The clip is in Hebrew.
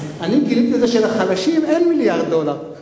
אני גיליתי שלחלשים אין מיליארד דולר.